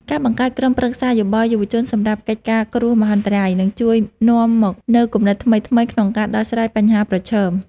ការបង្កើតក្រុមប្រឹក្សាយោបល់យុវជនសម្រាប់កិច្ចការគ្រោះមហន្តរាយនឹងជួយនាំមកនូវគំនិតថ្មីៗក្នុងការដោះស្រាយបញ្ហាប្រឈម។